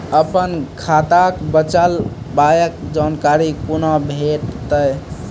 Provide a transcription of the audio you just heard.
अपन खाताक बचल पायक जानकारी कूना भेटतै?